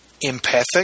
empathic